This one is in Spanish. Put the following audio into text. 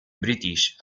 british